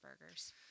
Burgers